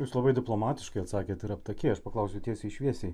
jūs labai diplomatiškai atsakėt ir aptakiai aš paklausiu tiesiai šviesiai